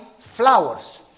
flowers